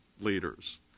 leaders